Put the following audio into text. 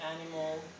animal